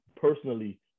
personally